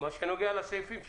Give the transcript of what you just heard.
למשל אם החיוב לא עובר תוך